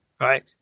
right